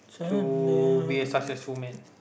to be a successful man